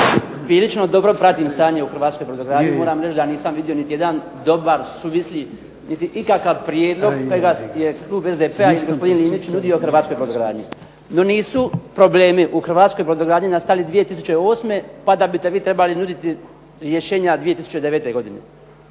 Prilično dobro pratim stanje u hrvatskoj brodogradnji. Moram reći da nisam vido niti jedan dobar suvisli niti ikakav prijedlog kojega je klub SDP i kolega Linić nudio hrvatskoj brodogradnji. No nisu problemi u hrvatskoj brodogradnji nastali 2008. pa da vi trebali nuditi rješenja 2009. godine.